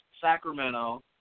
Sacramento